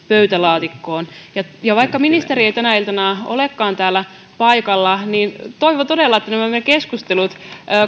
pöytälaatikkoon vaikka ministeri ei tänä iltana olekaan täällä paikalla niin toivon todella että nämä meidän keskustelumme